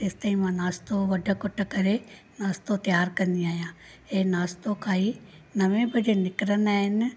तेसि तईं मां नाश्तो वठि कुटि करे नाश्तो तयार कंदी आहियां ऐं नाश्तो खाई नवे बजे निकिरींदा आहिनि